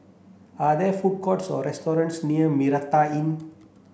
are there food courts or restaurants near Mitraa Inn